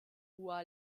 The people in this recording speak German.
hua